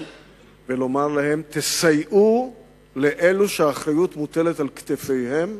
ולומר לה: תסייעו לאלה שהאחריות מוטלת על כתפיהם,